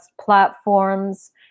platforms